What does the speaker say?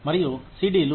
మరియు సిడి లు